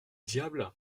diable